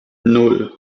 nan